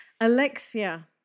Alexia